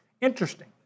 Interesting